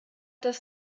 das